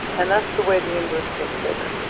and that's the way the universe gets bigger.